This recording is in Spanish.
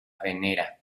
venera